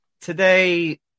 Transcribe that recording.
Today